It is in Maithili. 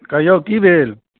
कहिऔ की भेल